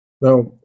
Now